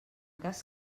cas